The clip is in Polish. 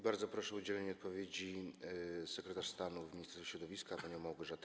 Bardzo proszę o udzielenie odpowiedzi sekretarz stanu w Ministerstwie Środowiska panią Małgorzatę